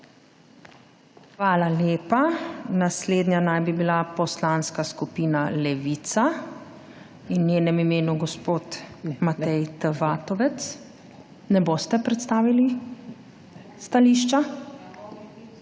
Hvala lepa. Naslednja naj bi bila Poslanska skupina Levica in v njenem imenu gospod Matej T. Vatovec. Ne boste predstavili stališča?